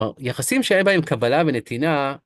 יחסים שהיה בהם קבלה ונתינה.